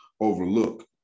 overlook